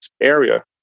area